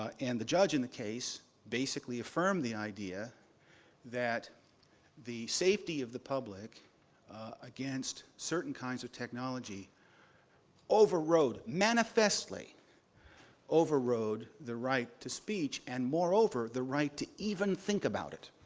ah and the judge in the case basically affirmed the idea that the safety of the public against certain kinds of technology overrode, manifestly overrode, the right to speech, and moreover, the right to even think about it.